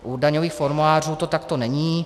U daňových formulářů to takto není.